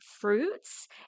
fruits